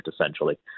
essentially